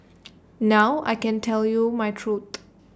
now I can tell you my truth